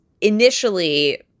initially